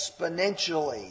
exponentially